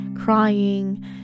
crying